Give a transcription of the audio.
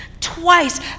Twice